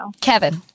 Kevin